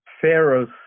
Pharaoh's